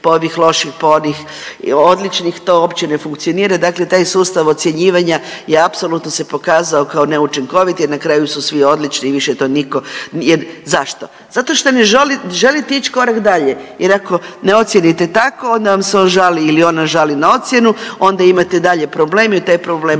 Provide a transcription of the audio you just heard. pa ovih loših, pa onih odličnih to uopće ne funkcionira dakle taj sustav ocjenjivanja je apsolutno se pokazao kao neučinkovit jer na kraju svi odlični i više to niko, jer zašto? Zato što ne želite ići korak dalje jer ako ne ocijenite tako onda vam se on žali ili ona žali na ocjenu, onda imate dalje problem i u taj problem